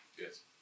Yes